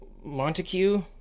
Montague